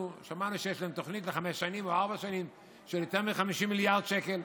שמענו שיש להם תוכנית לחמש שנים או ארבע שנים של יותר מ-50 מיליארד שקל,